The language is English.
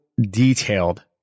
detailed